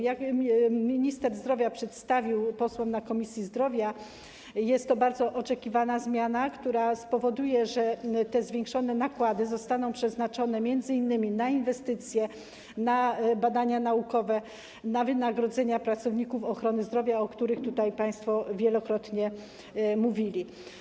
Jak minister zdrowia przedstawił posłom na posiedzeniu Komisji Zdrowia, jest to bardzo oczekiwana zmiana, która spowoduje, że zwiększone nakłady zostaną przeznaczone m.in. na inwestycje, na badania naukowe, na wynagrodzenia pracowników ochrony zdrowia, o których tutaj państwo wielokrotnie mówili.